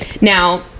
now